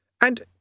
And